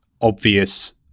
obvious